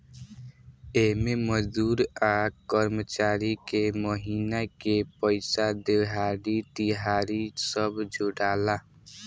एमे मजदूर आ कर्मचारी के महिना के पइसा, देहाड़ी, तिहारी सब जोड़ाला